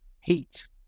heat